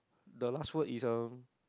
the last word is uh